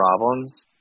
problems